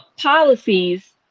policies